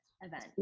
event